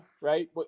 right